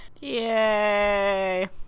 Yay